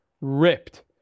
ripped